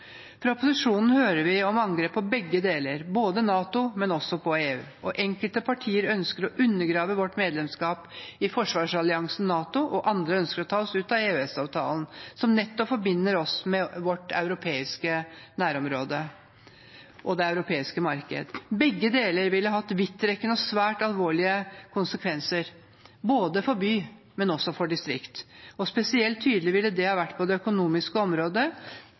Enkelte partier ønsker å undergrave vårt medlemskap i forsvarsalliansen NATO, og andre ønsker å ta oss ut av EØS-avtalen, som forbinder oss med vårt europeiske nærområde og det europeiske markedet. Begge deler ville hatt vidtrekkende og svært alvorlige konsekvenser, for både byer og distrikter. Spesielt tydelig ville det ha vært på det økonomiske området,